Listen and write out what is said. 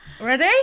Ready